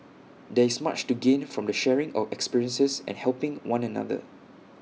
there is much to gain from the sharing of experiences and helping one another